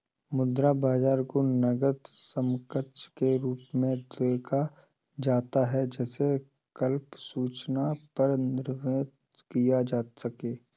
मुद्रा बाजार को नकद समकक्ष के रूप में देखा जाता है जिसे अल्प सूचना पर विनिमेय किया जा सके